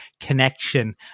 connection